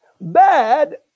bad